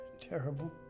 terrible